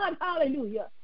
Hallelujah